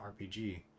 RPG